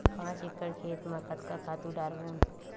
पांच एकड़ खेत म कतका खातु डारबोन?